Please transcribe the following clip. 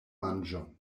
manĝon